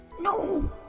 No